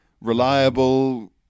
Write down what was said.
Reliable